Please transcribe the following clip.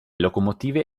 locomotive